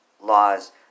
laws